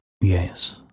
Yes